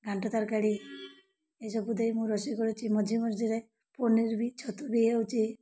ଘାଣ୍ଟ ତରକାରୀ ଏସବୁ ଦେଇ ମୁଁ ରୋଷେଇ କରୁଛି ମଝି ମଝିରେ ପନିର୍ ବି ଛତୁ ବି ହେଉଛି